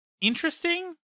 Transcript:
interesting